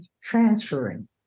transferring